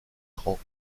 grands